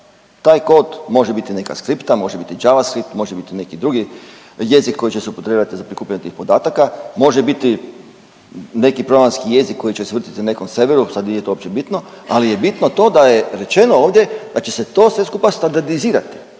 Taj kod može biti neka skripta, može biti …/Govornik se ne razumije./… može biti neki drugi jezik koji će se upotrebljavati za prikupljanje tih podataka, može biti neki programski jezik koji će se vrtiti na nekom serveru. Sad nije to uopće bitno, ali je bitno to da je rečeno ovdje da će se to sve skupa standardizirati